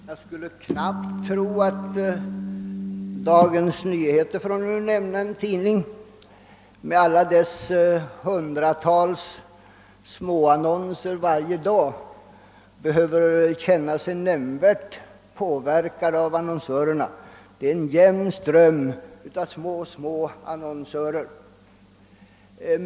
Herr talman! Jag skulle knappast tro att Dagens Nyheter, för att nämna en tidning, med alla dess hundratals småannonser varje dag behöver känna sig nämnvärt påverkad av annonsörerna. Det är en jämn ström av små annonsörer.